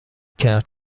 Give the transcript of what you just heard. کرد